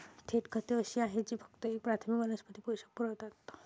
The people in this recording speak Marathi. थेट खते अशी आहेत जी फक्त एक प्राथमिक वनस्पती पोषक पुरवतात